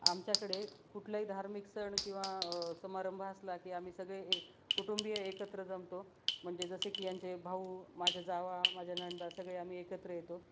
आमच्याकडे कुठलाही धार्मिक सण किंवा समारंभ असला की आम्ही सगळे एक कुटुंबीय एकत्र जमतो म्हणजे जसे की यांचे भाऊ माझ्या जावा माझ्या नणंदा सगळे आम्ही एकत्र येतो